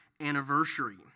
anniversary